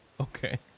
Okay